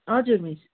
हजुर मिस